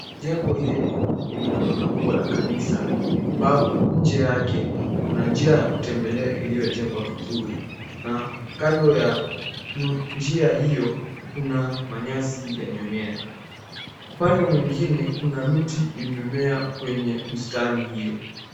Jengo hili lililo na umbo la kanisa ambapo nje yake kuna njia ya kutembelea iliojengwa vizuri na kando ya njia hio kuna manyasi yamemea. Upande mwingine kuna miti imemea kwenye bustani hio.